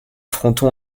fronton